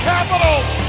Capitals